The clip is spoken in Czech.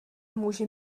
může